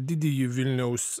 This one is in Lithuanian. didįjį vilniaus